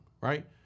right